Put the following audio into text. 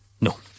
No